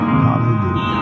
hallelujah